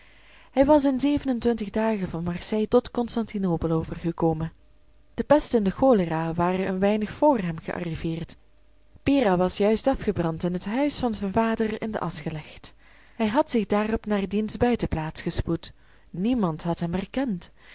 hij was in zevenentwintig dagen van marseille tot constantinopel overgekomen de pest en de cholera waren een weinig vr hem gearriveerd pera was juist afgebrand en het huis van zijn vader in de asch gelegd hij had zich daarop naar diens buitenplaats gespoed niemand had hem herkend